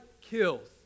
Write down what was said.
kills